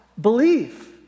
belief